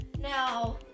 now